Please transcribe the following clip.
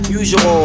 usual